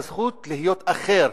והזכות להיות אחר.